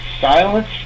silence